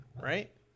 right